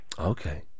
Okay